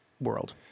world